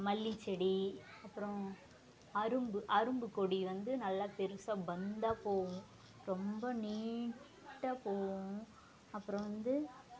மல்லி செடி அப்புறம் அரும்பு அரும்பு கொடி வந்து நல்லா பெருசாக பந்தாக போகும் ரொம்ப நீட்டாக போகும் அப்புறம் வந்து